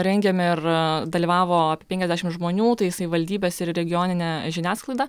rengėm ir dalyvavo penkiasdešim žmonių tai savivaldybes ir regioninė žiniasklaida